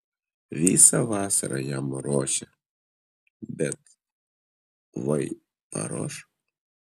visą vasarą jam ruošia bet vai paruoš